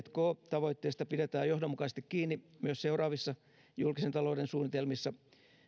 tk tavoitteesta pidetään johdonmukaisesti kiinni myös seuraavissa julkisen talouden suunnitelmissa